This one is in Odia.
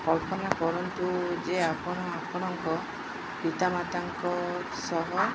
କଳ୍ପନା କରନ୍ତୁ ଯେ ଆପଣ ଆପଣଙ୍କ ପିତାମାତାଙ୍କ ସହ